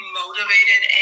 motivated